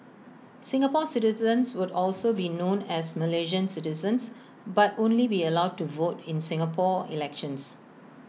Singapore citizens would also be known as Malaysian citizens but only be allowed to vote in Singapore elections